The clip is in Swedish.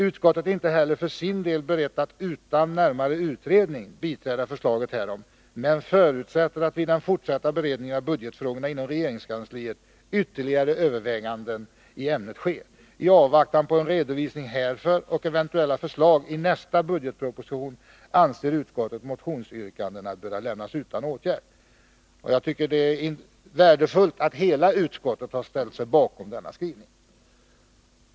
Utskottet är inte heller för sin del berett att utan närmare utredning biträda förslaget härom men förutsätter att vid den fortsatta beredningen av budgetfrågorna inom regeringskansliet ytterligare överväganden i ämnet sker. I avvaktan på en redovisning härför och eventuella förslag i nästa budgetproposition anser utskottet motionsyrkandena böra lämnas utan åtgärd.” Jag tycker att det är värdefullt att hela utskottet har ställt sig bakom denna skrivning.